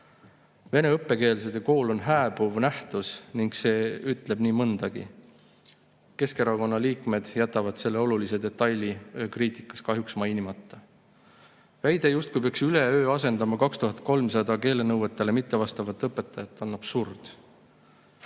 Vene õppekeelega kool on hääbuv nähtus ning see ütleb nii mõndagi. Keskerakonna liikmed jätavad selle olulise detaili kriitikas kahjuks mainimata. Väide, justkui peaks üleöö asendama 2300 keelenõuetele mittevastavat õpetajat, on absurd,